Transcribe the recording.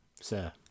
sir